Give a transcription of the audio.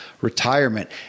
retirement